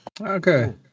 Okay